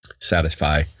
satisfy